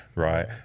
Right